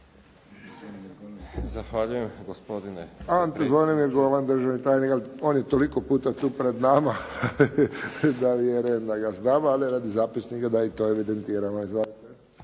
Izvolite doktore. Ante Zvonimir Golem, državni tajnik. On je toliko puta tu pred nama da je red da ga znamo, ali radi zapisnika da i to evidentiramo.